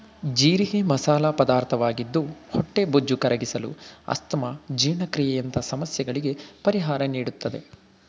ಜೀರಿಗೆ ಮಸಾಲ ಪದಾರ್ಥವಾಗಿದ್ದು ಹೊಟ್ಟೆಬೊಜ್ಜು ಕರಗಿಸಲು, ಅಸ್ತಮಾ, ಜೀರ್ಣಕ್ರಿಯೆಯಂತ ಸಮಸ್ಯೆಗಳಿಗೆ ಪರಿಹಾರ ನೀಡುತ್ತದೆ